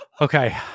Okay